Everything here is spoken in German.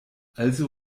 also